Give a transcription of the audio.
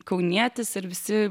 kaunietis ir visi